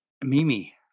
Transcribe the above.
Mimi